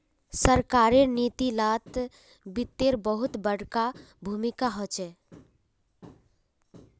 सरकारेर नीती लात वित्तेर बहुत बडका भूमीका होचे